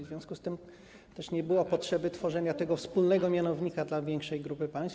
W związku z tym też nie było potrzeby tworzenia tego wspólnego mianownika dla większej grupy państw.